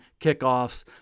kickoffs